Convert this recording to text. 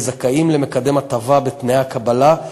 זכאים למקדם הטבה בתנאי הקבלה,